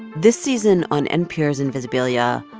this season on npr's invisibilia,